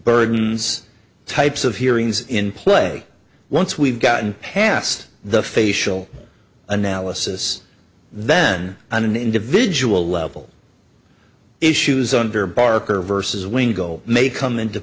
burdens types of hearings in play once we've gotten past the facial analysis then on an individual level issues under barker vs when gold may come into